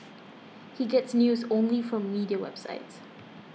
he gets news only from media websites